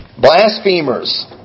Blasphemers